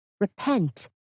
Repent